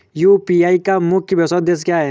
UPI का मुख्य उद्देश्य क्या है?